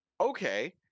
okay